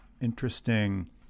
interesting